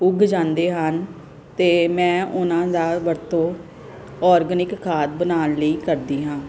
ਉੱਗ ਜਾਂਦੇ ਹਨ ਅਤੇ ਮੈਂ ਉਹਨਾਂ ਦੀ ਵਰਤੋਂ ਆਰਗੈਨਿਕ ਖਾਦ ਬਣਾਉਣ ਲਈ ਕਰਦੀ ਹਾਂ